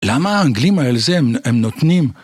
למה האנגלים על זה הם נותנים